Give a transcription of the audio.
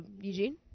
Eugene